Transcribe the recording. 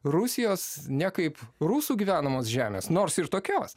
rusijos nekaip rusų gyvenamos žemės nors ir tokios